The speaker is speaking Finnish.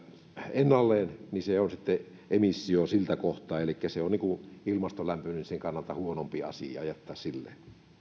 ennalleen niin se on sitten emissio siltä kohtaa elikkä se on niin kuin ilmaston lämpenemisen kannalta huonompi asia jättää silleen